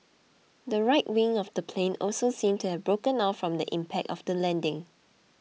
the right wing of the plane also seemed to have broken off from the impact of the landing